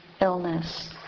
illness